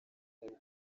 atari